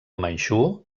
manxú